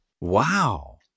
Wow